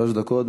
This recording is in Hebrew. שלוש דקות.